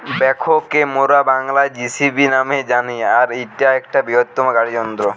backhoe কে মোরা বাংলায় যেসিবি ন্যামে জানি এবং ইটা একটা বৃহত্তম গাড়ি যন্ত্র